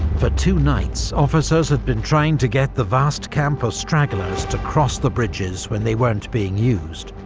for two nights, officers had been trying to get the vast camp of stragglers to cross the bridges when they weren't being used.